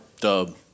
Dub